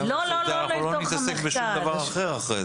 אנחנו לא נתעסק בשום דבר אחר אחרי זה.